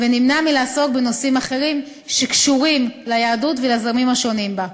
ונמנע מלעסוק בנושאים אחרים שקשורים ליהדות ולזרמים השונים בה.